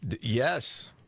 Yes